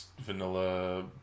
vanilla